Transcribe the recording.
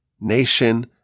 nation